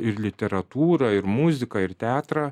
ir literatūrą ir muziką ir teatrą